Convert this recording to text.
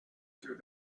through